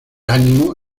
ánimo